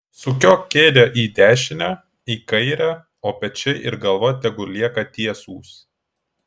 sukiok kėdę į dešinę į kairę o pečiai ir galva tegul lieka tiesūs